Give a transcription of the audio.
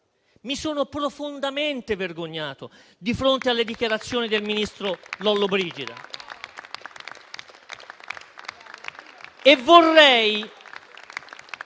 mi sono profondamente vergognato di fronte alle dichiarazioni del ministro Lollobrigida.